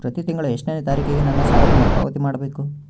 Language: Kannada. ಪ್ರತಿ ತಿಂಗಳು ಎಷ್ಟನೇ ತಾರೇಕಿಗೆ ನನ್ನ ಸಾಲದ ಮರುಪಾವತಿ ಮಾಡಬೇಕು?